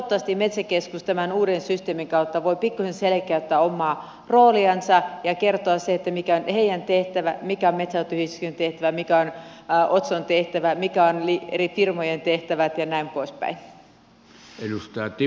toivottavasti metsäkeskus tämän uuden systeemin kautta voi pikkuisen selkeyttää omaa rooliansa ja kertoa sen mikä on heidän tehtävänsä mikä on metsänhoitoyhdistyksen tehtävä mikä on otson tehtävä mitkä ovat eri firmojen tehtävät ja näin poispäin